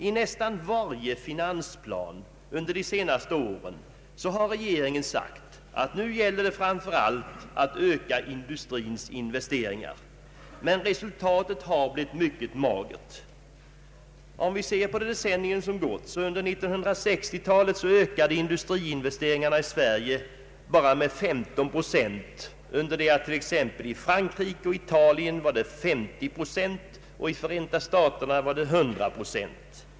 I nästan varje finansplan under de senaste åren har regeringen sagt att nu gäller det framför allt att öka industrins investeringar, men resultatet har blivit mycket magert. Under 1960-talet ökade industriinvesteringarna i Sverige endast med 15 procent, under det att ökningen t.ex. i Frankrike och Italien var 50 procent och i Förenta staterna 100 procent.